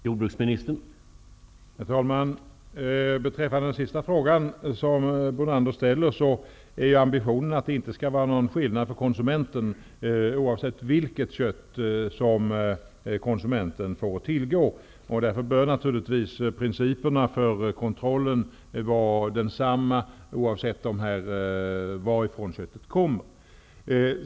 Herr talman! Beträffande den sista frågan som Lennart Brunander ställer är ambitionen att det inte skall vara någon skillnad för konsumenten, oavsett vilket kött som konsumenten får att tillgå. Därför bör naturligtvis principerna för kontrollen vara desamma, oavsett varifrån köttet kommer.